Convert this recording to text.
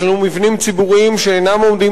יש לנו מבנים ציבוריים שאינם עומדים